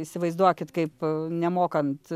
įsivaizduokit kaip nemokant